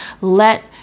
Let